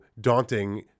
daunting